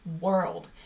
world